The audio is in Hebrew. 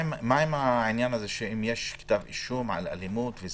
אם יש כתב אישום על אלימות,